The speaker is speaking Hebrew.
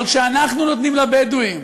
אבל כשאנחנו נותנים לבדואים